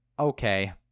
Okay